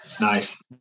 nice